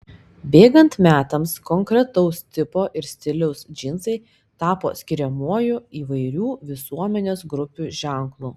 bėgant metams konkretaus tipo ir stiliaus džinsai tapo skiriamuoju įvairių visuomenės grupių ženklu